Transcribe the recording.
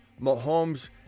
Mahomes